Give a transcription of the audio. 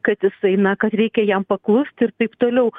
kad jisai na kad reikia jam paklusti ir taip toliau